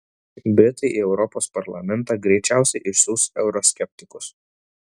britai į europos parlamentą greičiausiai išsiųs euroskeptikus